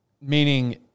Meaning